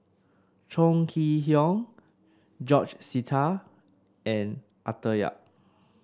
Chong Kee Hiong George Sita and Arthur Yap